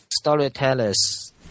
storytellers